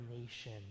nation